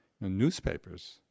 Newspapers